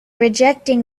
rejecting